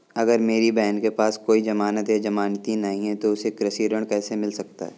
अगर मेरी बहन के पास कोई जमानत या जमानती नहीं है तो उसे कृषि ऋण कैसे मिल सकता है?